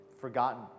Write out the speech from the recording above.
forgotten